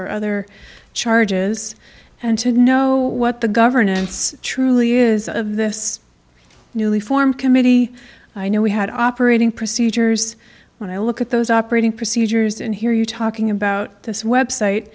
or other charges and to know what the governance truly is of this newly formed committee i know we had operating procedures when i look at those operating procedures and hear you talking about this website